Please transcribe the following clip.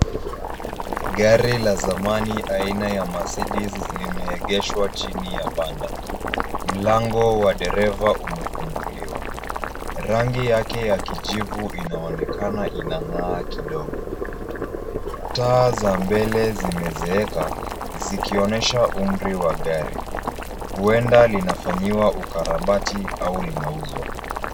Gari la zamani aina ya Mercedez limeegeshwa chini ya banda. Mlango wa dereva umefunguliwa. Rangi yake ya kijivu inaonekana inang'aa kidogo. Taa za mbele zimezeeka zikionyesha umri wa gari, huenda linafanyiwa ukarabati au linauzwa.